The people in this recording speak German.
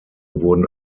wurden